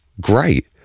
great